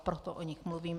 Proto o nich mluvím.